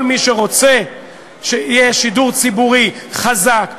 כל מי שרוצה שיהיה שידור ציבורי חזק,